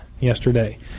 yesterday